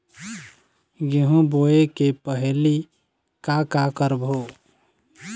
गेहूं बोए के पहेली का का करबो?